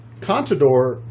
Contador